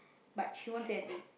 but she won't say anything